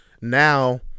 now